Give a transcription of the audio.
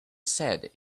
said